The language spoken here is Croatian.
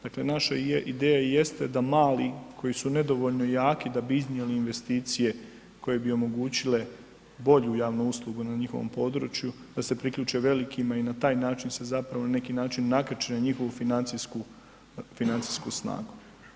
Dakle ideja i jeste da mali koji su nedovoljno jaki da bi iznijeli investicije koje bi omogućile bolju javnu uslugu na njihovom području, da se priključe velikima i na taj način se zapravo na neki način nakače na njihovu financijsku snagu.